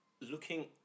looking